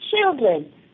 children